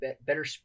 better